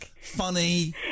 funny